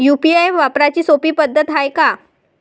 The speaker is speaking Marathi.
यू.पी.आय वापराची सोपी पद्धत हाय का?